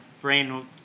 brain